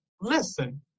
listen